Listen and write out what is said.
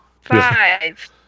Five